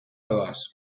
doaz